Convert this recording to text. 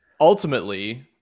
ultimately